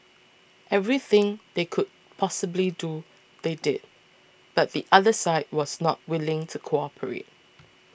everything they could possibly do they did but the other side was not willing to cooperate